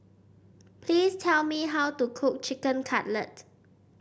please tell me how to cook Chicken Cutlet